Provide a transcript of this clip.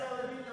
השר לוין,